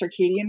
circadian